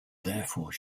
therefore